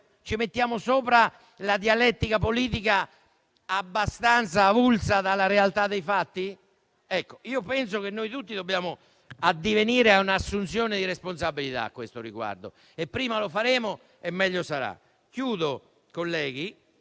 Ci mettiamo sopra anche la dialettica politica abbastanza avulsa dalla realtà dei fatti? Penso che noi tutti dobbiamo addivenire a un'assunzione di responsabilità a questo riguardo e, prima lo faremo, meglio sarà. Concludo, colleghi,